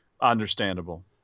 understandable